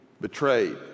betrayed